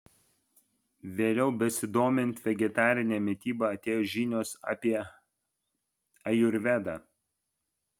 vėliau besidomint vegetarine mityba atėjo žinios apie ajurvedą